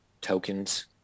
tokens